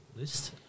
list